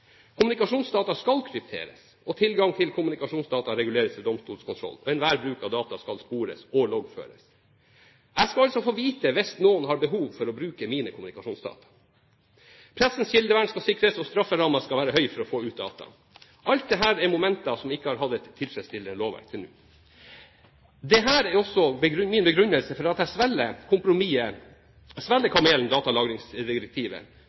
Kommunikasjonsdata skal krypteres, og tilgang til kommunikasjonsdata reguleres ved domstolskontroll, og enhver bruk av data skal spores og loggføres. Jeg skal altså få vite hvis noen har behov for å bruke mine kommunikasjonsdata. Pressens kildevern skal sikres og strafferammen skal være høy for å få ut dataen. Alt dette er momenter som ikke har hatt et tilfredsstillende lovverk til nå. Dette er også min begrunnelse for at jeg svelger kompromisset,